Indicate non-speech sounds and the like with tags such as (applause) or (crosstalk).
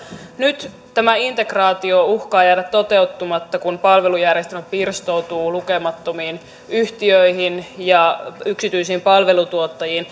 nyt tämä integraatio uhkaa jäädä toteutumatta kun palvelujärjestelmä pirstoutuu lukemattomiin yhtiöihin ja yksityisiin palvelutuottajiin (unintelligible)